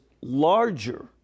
larger